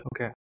Okay